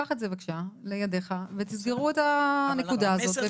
קח את זה בבקשה לידיך ותסגרו את הנקודה הזאת.